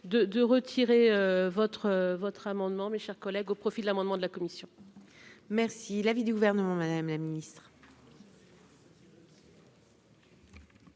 de retirer votre votre amendement, mes chers collègues, au profit de l'amendement de la commission. Merci l'avis du gouvernement, Madame la ministre.